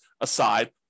aside